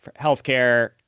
healthcare